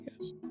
yes